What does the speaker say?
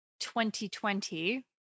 2020